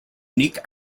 unique